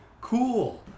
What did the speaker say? cool